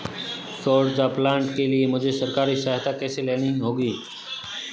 सौर ऊर्जा प्लांट के लिए मुझे सरकारी सहायता कैसे लेनी होगी?